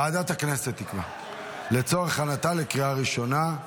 ועדת הכנסת תקבע, לצורך הכנתה לקריאה ראשונה.